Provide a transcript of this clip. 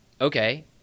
Okay